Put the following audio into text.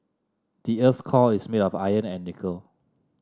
the earth's core is made of iron and nickel